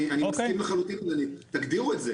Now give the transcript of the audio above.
אני מסכים לחלוטין רק תגדירו את זה.